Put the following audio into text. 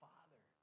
Father